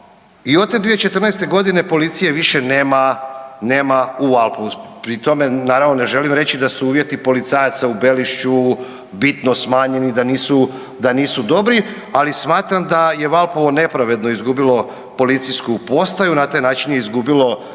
i od te 2014.g. policije više nema, nema u Valpovu. Pri tome naravno ne želim reći da su uvjeti policajaca u Belišću bitno smanjeni, da nisu dobri ali smatram da je Valpovo nepravedno izgubilo policijsku postaju. Na taj način je izgubilo